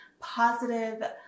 positive